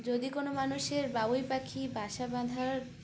যদি কোনো মানুষের বাবুই পাখি বাসা বাঁধার